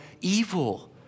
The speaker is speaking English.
evil